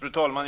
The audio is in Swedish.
Fru talman!